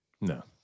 No